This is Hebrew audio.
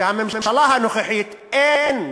שהממשלה הנוכחית, אין,